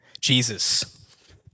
Jesus